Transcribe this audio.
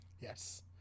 yes